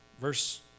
Verse